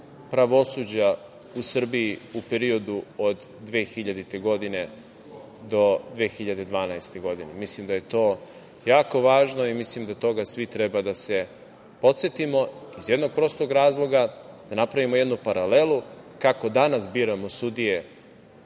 pravosuđa u Srbiji u periodu od 2000. do 2012. godine. Mislim da je to jako važno i da svi treba da se toga podsetimo iz jednog prostog razloga, da napravimo jednu paralelu kako danas biramo sudije